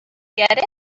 get